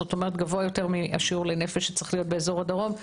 זאת אומרת גבוה יותר מהשיעור לנפש שצריך להיות באזור הדרום.